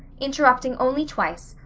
interrupting only twice,